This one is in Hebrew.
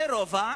זה רובע,